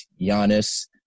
Giannis